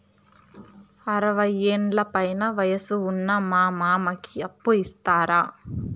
అరవయ్యేండ్ల పైన వయసు ఉన్న మా మామకి అప్పు ఇస్తారా